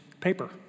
paper